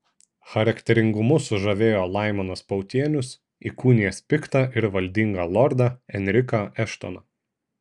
charakteringumu sužavėjo laimonas pautienius įkūnijęs piktą ir valdingą lordą enriką eštoną